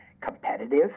competitive